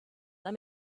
let